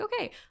okay